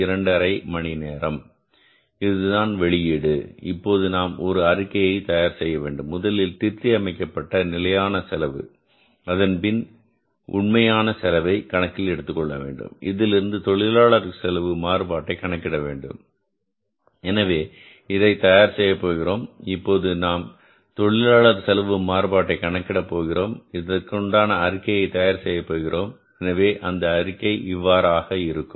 5 மணி நேரம் இதுதான் வெளியீடு இப்போது நாம் ஒரு அறிக்கை தயார் செய்ய வேண்டும் முதலில் திருத்தி அமைக்கப்பட்ட நிலையான செலவு அதன்பின் உண்மையான செலவை கணக்கில் எடுத்துக் கொள்ள வேண்டும் இதிலிருந்து தொழிலாளர் செலவு மாறுபாட்டை கணக்கிட வேண்டும் எனவே இதனை தயார் செய்யப் போகிறோம் இப்போது நாம் தொழிலாளர் செலவு மாறுபாட்டை கணக்கிட போகிறோம் அதற்கான அறிக்கையை தயார் செய்யப் போகிறோம் எனவே அந்த அறிக்கை இவ்வாறாக இருக்கும்